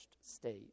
state